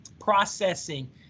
processing